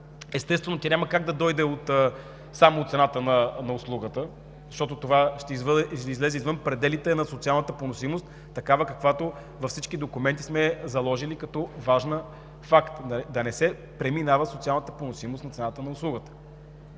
Естествено, тя няма как да дойде само от цената на услугата, защото това ще излезе извън пределите на социалната поносимост – такава, каквато сме я заложили като важна. Факт! Да не се преминава социалната поносимост на цената на услугата!